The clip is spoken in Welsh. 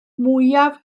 mwyaf